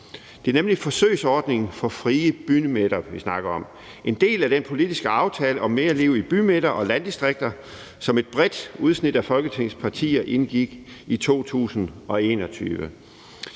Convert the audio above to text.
Det er nemlig en forsøgsordning for frie bymidter, vi snakker om. Det er en del af den politiske aftale om mere liv i bymidter og landdistrikter, som et bredt udsnit af Folketingets partier indgik i 2021.